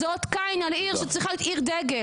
זה אות קין על עיר שצריכה להיות עיר דגל.